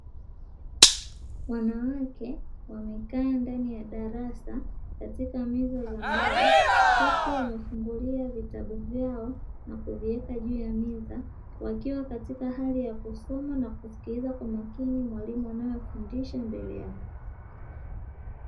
Wanawake wamekaa ndani ya darasa katika meza za mbao, huku wamefungulia vitabu vyao na kuviweka juu ya meza wakiwa katika hali ya kusoma na kusikiliza kwa makini mwalimu anayoyafundisha mbele yao.